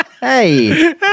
Hey